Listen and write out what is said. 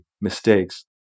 mistakes